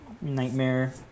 nightmare